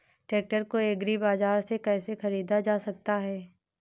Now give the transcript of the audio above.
Tractor को agri बाजार से कैसे ख़रीदा जा सकता हैं?